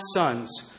sons